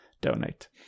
donate